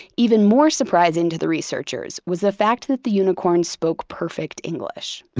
even more surprising to the researchers was the fact that the unicorn spoke perfect english.